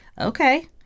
Okay